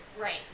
Right